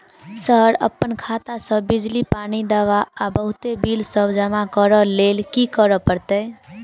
Sir अप्पन खाता सऽ बिजली, पानि, दवा आ बहुते बिल सब जमा करऽ लैल की करऽ परतै?